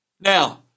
Now